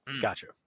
gotcha